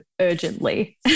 urgently